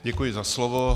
Děkuji za slovo.